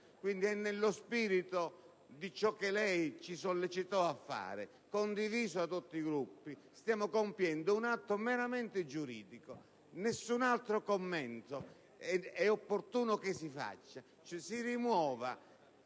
giorno. Nello spirito di ciò che lei ci sollecitò a fare, condiviso da tutti i Gruppi, stiamo compiendo un atto meramente giuridico. Nessun altro commento è opportuno che si faccia: si rimuova